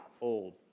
old